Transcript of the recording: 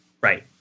Right